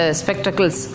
spectacles